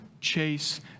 chase